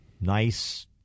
nice